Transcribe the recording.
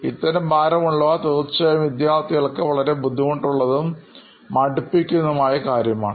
ഇത്തരം ഭാരമുള്ളവ തീർച്ചയായും വിദ്യാർഥികൾക്ക് വളരെ ബുദ്ധിമുട്ടുള്ളതും മടുപ്പിക്കുന്നതുമായ പ്രവർത്തനമാണ്